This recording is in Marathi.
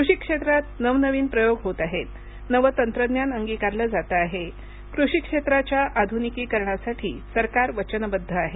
कृषी क्षेत्रात नवनवीन प्रयोग होत आहेत नवं तंत्रज्ञान अंगिकारलं जातं आहे कृषी क्षेत्राच्या आधुनिकीकरणासाठी सरकार वचनबद्ध आहे